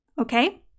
Okay